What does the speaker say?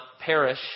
perish